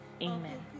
Amen